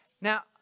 Now